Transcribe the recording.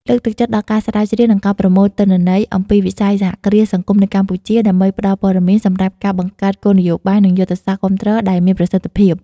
លើកទឹកចិត្តដល់ការស្រាវជ្រាវ និងការប្រមូលទិន្នន័យ អំពីវិស័យសហគ្រាសសង្គមនៅកម្ពុជា ដើម្បីផ្តល់ព័ត៌មានសម្រាប់ការបង្កើតគោលនយោបាយ និងយុទ្ធសាស្ត្រគាំទ្រដែលមានប្រសិទ្ធភាព ។